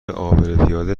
عابرپیاده